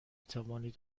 توانید